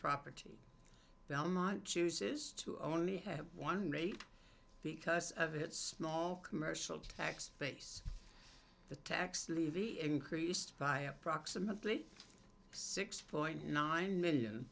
property belmont chooses to only have one rate because of its small commercial tax base the tax levy increased by approximately six point nine million